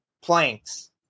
planks